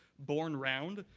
born round,